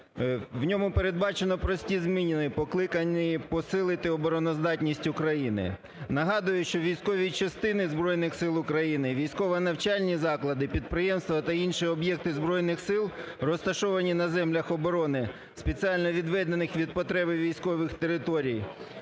В ньому передбачені прості зміни, покликані посили обороноздатність України. Нагадую, що військові частини Збройних Сил України, військово-навчальні заклади, підприємства та інші об'єкти Збройних Сил, розташовані за землях оборони, спеціально відведених від потреба військових територій.